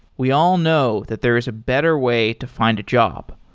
we all know that there is a better way to find a job.